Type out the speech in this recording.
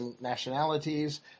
nationalities